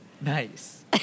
Nice